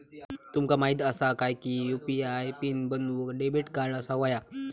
तुमका माहित असा काय की यू.पी.आय पीन बनवूक डेबिट कार्ड असाक व्हयो